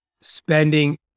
spending